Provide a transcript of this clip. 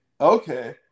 Okay